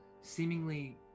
seemingly